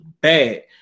bad